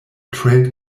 trade